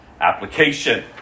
Application